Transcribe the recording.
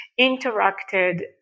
interacted